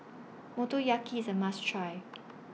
Motoyaki IS A must Try